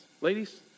Ladies